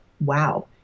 wow